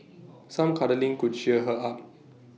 some cuddling could cheer her up